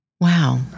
Wow